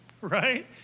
right